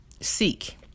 seek